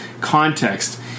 context